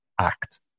act